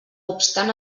obstant